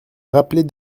rappeler